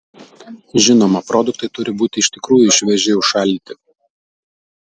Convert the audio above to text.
žinoma produktai turi būti iš tikrųjų švieži užšaldyti